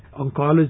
oncology